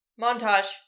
Montage